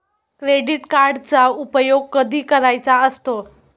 Credit कार्डचा उपयोग कधी करायचा असतो?